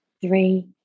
three